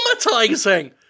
traumatizing